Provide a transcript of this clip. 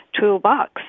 toolbox